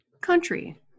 country